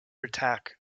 attack